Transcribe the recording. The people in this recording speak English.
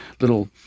little